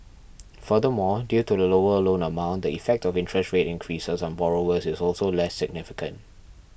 furthermore due to the lower loan amount the effect of interest rate increases on borrowers is also less significant